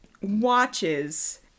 watches